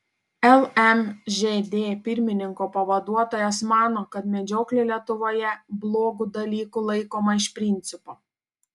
lmžd pirmininko pavaduotojas mano kad medžioklė lietuvoje blogu dalyku laikoma iš principo